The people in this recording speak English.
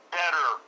better –